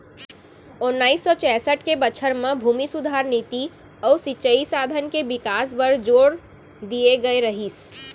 ओन्नाइस सौ चैंसठ के बछर म भूमि सुधार नीति अउ सिंचई साधन के बिकास बर जोर दिए गए रहिस